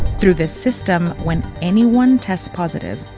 through this system, when anyone tests positive,